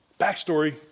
Backstory